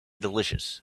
delicious